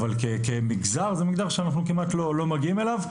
אבל אנחנו כמעט לא מגיעים למגזר הזה.